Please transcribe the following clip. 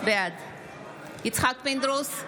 בעד יצחק פינדרוס,